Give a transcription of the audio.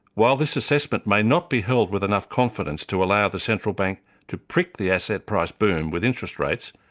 while this assessment may not be held with enough confidence to allow the central bank to prick the asset price boom with interest rates,